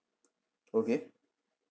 okay